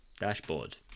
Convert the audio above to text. dashboard